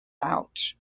out